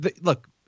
Look